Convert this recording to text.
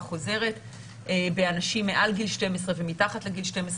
חוזרת באנשים מעל גיל 12 ומתחת לגיל 12,